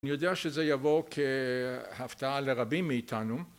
אני יודע שזה יבוא כהפתעה לרבים מאיתנו